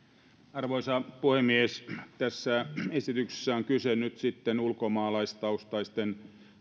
arvoisa puhemies tässä esityksessä on kyse nyt sitten ulkomaalaistaustaisten